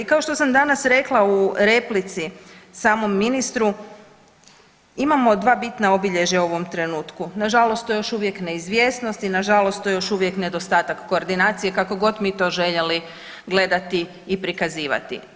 I kao što sam danas rekla u replici samom ministru, imamo dva bitna obilježja u ovom trenutku, nažalost to je još uvijek neizvjesnost i nažalost to je još uvijek nedostatak koordinacije kako god mi to željeli gledati i prikazivati.